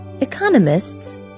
economists